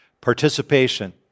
participation